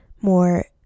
more